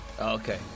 Okay